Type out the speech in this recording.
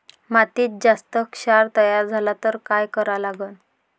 मातीत जास्त क्षार तयार झाला तर काय करा लागन?